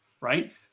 Right